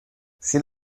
sin